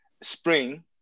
Spring